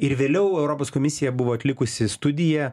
ir vėliau europos komisija buvo atlikusi studiją